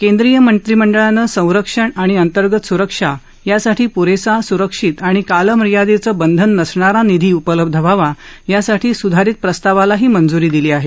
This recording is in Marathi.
केंद्रीय मंत्रीमंडळानं संरक्षण आणि अंतर्गत सुरक्षा यासाठी प्रेसा सुरक्षित आणि कालमर्यादेचं बंधन नसणारा निधी उपलब्ध व्हावा यासाठी स्धारित प्रस्तावालाही मंजूरी दिली आहे